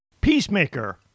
Peacemaker